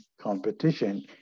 competition